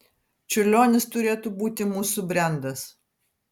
čiurlionis turėtų būti mūsų brendas